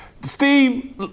Steve